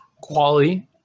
quality